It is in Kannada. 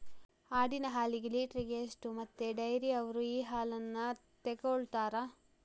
ಆಡಿನ ಹಾಲಿಗೆ ಲೀಟ್ರಿಗೆ ಎಷ್ಟು ಮತ್ತೆ ಡೈರಿಯವ್ರರು ಈ ಹಾಲನ್ನ ತೆಕೊಳ್ತಾರೆ?